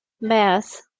math